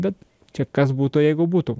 bet čia kas būtų jeigu būtų